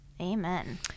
Amen